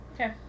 Okay